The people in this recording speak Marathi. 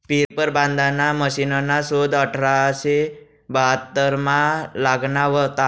रिपर बांधाना मशिनना शोध अठराशे बहात्तरमा लागना व्हता